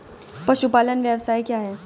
पशुपालन व्यवसाय क्या है?